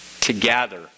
together